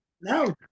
No